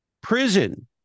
prison